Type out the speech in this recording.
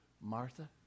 Martha